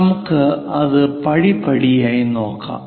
നമുക്ക് അത് പടിപടിയായി ചെയ്യാം